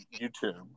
YouTube